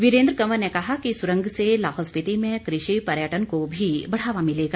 वीरेन्द्र कंवर ने कहा कि सुरंग से लाहौल स्पीति में कृषि पर्यटन को भी बढ़ावा मिलेगा